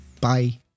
Bye